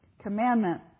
commandment